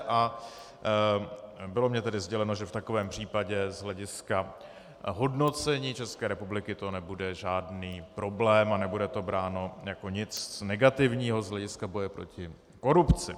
A bylo mi sděleno, že v takovém případě z hlediska hodnocení České republiky to nebude žádný problém a nebude to bráno jako něco negativního z hlediska boje proti korupci.